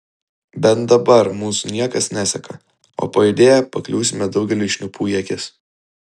bent dabar mūsų niekas neseka o pajudėję pakliūsime daugeliui šnipų į akis